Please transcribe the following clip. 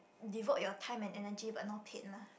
devote your time and energy but not paid lah